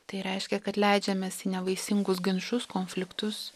tai reiškia kad leidžiamės į nevaisingus ginčus konfliktus